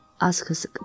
asks